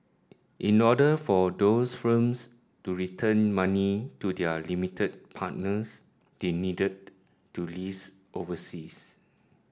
in order for those firms to return money to their limited partners they needed to list overseas